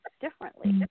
differently